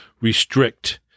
restrict